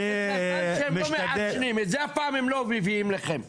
שהם לא מעשנים את זה הפעם הם לא מביאים לכם,